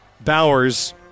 Bowers